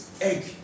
egg